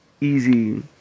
easy